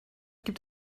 gibt